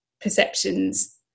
perceptions